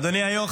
אדוני היו"ר,